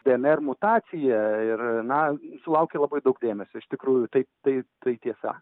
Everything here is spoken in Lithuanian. dnr mutacija ir na sulaukė labai daug dėmesio iš tikrųjų tai tai tai tiesa